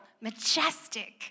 majestic